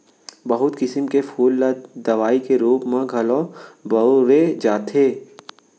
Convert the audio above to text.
बहुत किसम के फूल ल दवई के रूप म घलौ बउरे जाथे